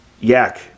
yak